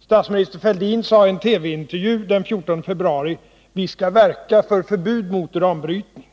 Statsminister Fälldin sade i en TV-intervju den 14 februari: Vi skall verka för förbud mot uranbrytning.